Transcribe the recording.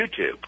YouTube